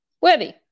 worthy